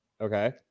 okay